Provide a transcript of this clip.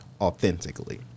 authentically